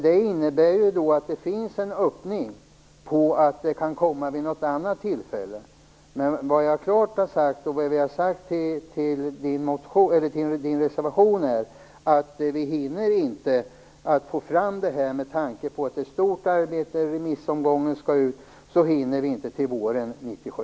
Det innebär att det finns en öppning för att förslaget kan komma vid något annat tillfälle. Vad jag och utskottet klart har sagt med anledning av Gudrun Lindvalls reservation är att man inte hinner att få fram något förslag med tanke på att det rör sig om ett stort arbete med åtföljande remissomgång. Därmed hinner vi inte bli färdiga till våren 1997.